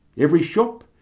every shop,